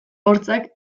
hortzak